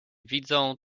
widzą